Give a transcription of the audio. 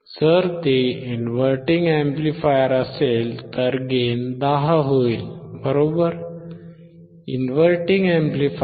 जर ते inverting amplifier असेल तर गेन 10 होईल बरोबर